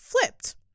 flipped